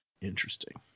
Interesting